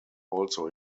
also